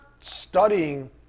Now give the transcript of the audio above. studying